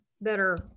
better